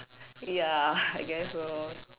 ya I guess so